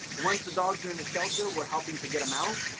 once the dogs are in the shelter, we're helping to get them out.